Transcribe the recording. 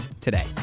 today